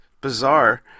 bizarre